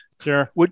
Sure